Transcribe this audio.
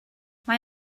mae